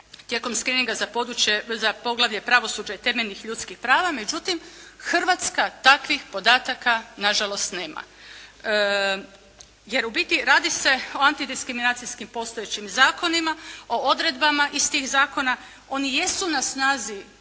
tijekom screening-a za područje, za poglavlje pravosuđe temeljnih ljudskih prava međutim Hrvatska takvih podataka nažalost nema. Jer u biti radi se o antidiskriminacijskim postojećim zakonima, o odredbama iz tih zakona. Oni jesu na snazi